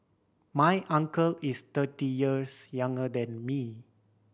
my uncle is thirty years younger than me